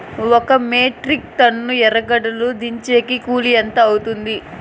ఒక metric tonne ఎర్రగడ్డలు దించేకి కూలి ఎంత అవుతుంది?